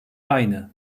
aynı